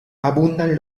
abundan